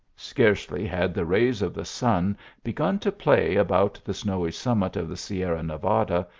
scarcely had the rays of the sun begun to play about the snowy summit of the sierra nevada,